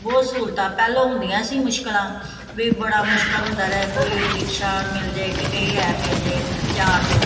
ਬਹੁਤ ਸਹੂਲਤਾਂ ਪਹਿਲਾਂ ਹੁੰਦੀਆਂ ਸੀ ਮੁਸ਼ਕਲਾਂ ਵੀ ਬੜਾ ਮੁਸ਼ਕਲ ਹੁੰਦਾ ਰਹੇ ਕੋਈ ਰਿਕਸ਼ਾ ਮਿਲ ਜਾਵੇ ਕਿਤੇ ਹੀ ਹੈ ਜੇ ਮਿਲ ਜਾਵੇ ਜਾਂ ਆਟੋ